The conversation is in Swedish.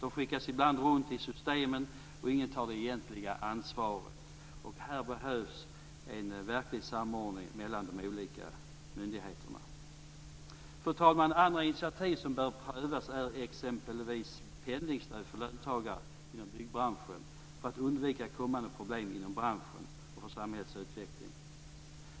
De skickas ibland runt i systemen, och ingen tar det egentliga ansvaret. Här behövs en verklig samordning mellan de olika myndigheterna. Fru talman! Andra initiativ som bör prövas är exempelvis pendlingsstöd för löntagare inom byggbranchen för att undvika kommande problem inom branschen och för samhällets utveckling.